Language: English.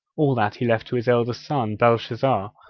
all that he left to his eldest son, belshazzar,